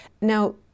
Now